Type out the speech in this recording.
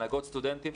הנהגות סטודנטים.